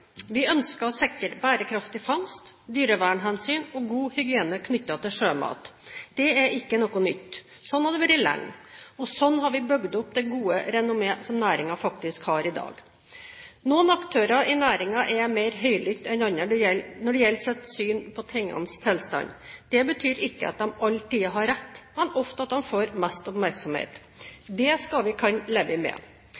Vi ønsker å sikre bærekraftig fangst og god hygiene knyttet til sjømat og å ta dyrevernhensyn. Dette er ikke noe nytt. Slik har det vært lenge, og slik har vi bygd opp det gode renommé som næringen faktisk har i dag. Noen aktører i næringen er mer høylytte enn andre når det gjelder sitt syn på tingenes tilstand. Det betyr ikke at de alltid har rett, men ofte at de får mest oppmerksomhet.